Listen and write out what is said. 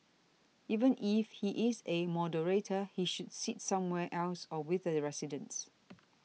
even if he is a moderator he should sit somewhere else or with the residents